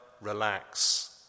relax